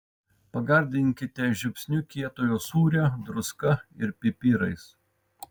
pagardinkite žiupsniu kietojo sūrio druska ir pipirais